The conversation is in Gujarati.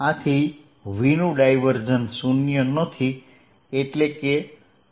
આથી v નું ડાયવર્જન્સ શૂન્ય નથી એટલે કે